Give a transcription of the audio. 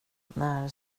när